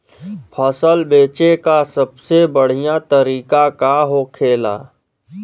फसल बेचे का सबसे बढ़ियां तरीका का होखेला?